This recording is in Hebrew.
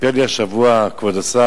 סיפר לי השבוע, כבוד השר,